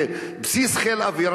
לבסיס חיל האוויר,